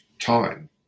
time